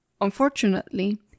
Unfortunately